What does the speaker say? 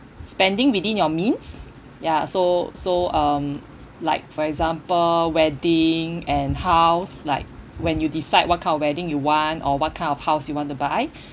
spending within your means ya so so um like for example wedding and house like when you decide what kind of wedding you want or what kind of house you want to buy